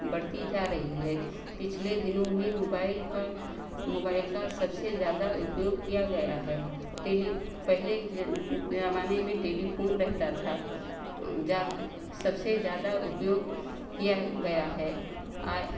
बढ़ती जा रही है पिछले दिनों में मोबाइल का मोबाइल का सबसे ज़्यादा उपयोग किया गया है टेली पहले ज़माने में टेलीफोन रहता था जा सबसे ज़्यादा उपयोग किया गया है आय